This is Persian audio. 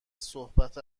صحبت